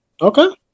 Okay